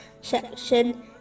section